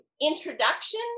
introduction